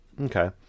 Okay